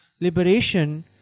Liberation